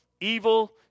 evil